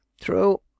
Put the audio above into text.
true